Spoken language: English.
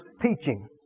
teaching